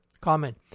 comment